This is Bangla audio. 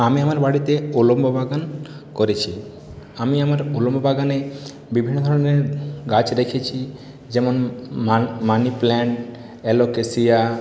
আমি আমার বাড়িতে উল্লম্ব বাগান করেছি আমি আমার উল্লম্ব বাগানে বিভিন্ন ধরনের গাছ রেখেছি যেমন মানি প্ল্যান্ট অ্যালোকেসিয়া